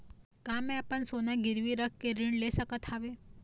का मैं अपन सोना गिरवी रख के ऋण ले सकत हावे?